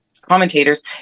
commentators